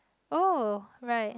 oh right